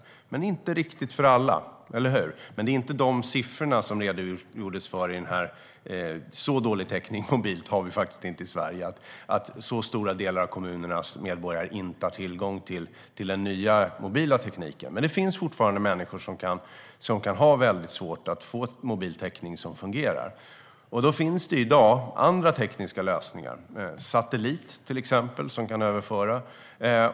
Det finns inte riktigt det för alla - eller hur? Men det är inte de siffror som det redogjordes för här. Vi har faktiskt inte så dålig täckning mobilt i Sverige att så stora delar av kommunernas medborgare inte har tillgång till den nya mobila tekniken. Men det finns fortfarande människor som kan ha väldigt svårt att få en mobiltäckning som fungerar. Det finns i dag andra tekniska lösningar, till exempel satellit, som kan överföra.